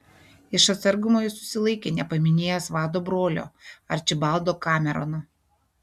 iš atsargumo jis susilaikė nepaminėjęs vado brolio arčibaldo kamerono